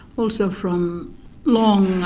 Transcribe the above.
also from long